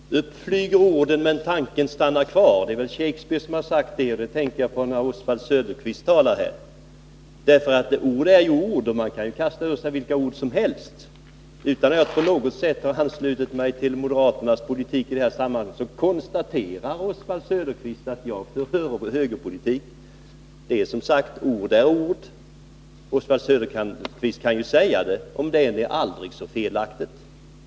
3 5 utvecklingssamar Fru talman! ”Upp flyga orden, tanken stilla står.” Det var Shakespeare bele mo som sade det, och det tänkte jag på när Oswald Söderqvist talade. Ord är ord, och man kan kasta ur sig vilka ord som helst. Utan att jag på något sätt har anslutit mig till moderaternas politik i det här sammanhanget konstaterar Oswald Söderqvist att jag för högerpolitik. Ord är ord, som sagt, och Oswald Söderqvist kan säga detta om det än är aldrig så felaktigt.